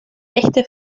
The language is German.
echte